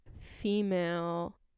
female